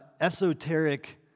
esoteric